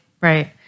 right